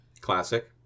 Classic